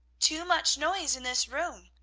too much noise in this room!